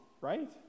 right